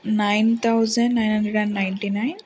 nine thousand nine hundred and ninety nine